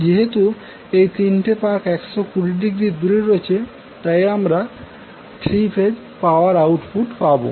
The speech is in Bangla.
যেহেতু এই তিনটি পাক 120০ দূরে রয়েছে টাই আমরা 3 ফেজ পাওয়ার আউটপুট পাবো